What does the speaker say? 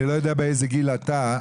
אני לא יודע באיזה גיל אתה,